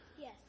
Yes